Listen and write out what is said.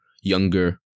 younger